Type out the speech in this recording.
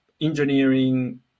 engineering